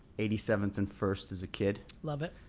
eighty seventh and first as a kid. love it.